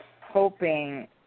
hoping